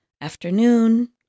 afternoon